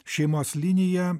šeimos linija